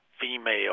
female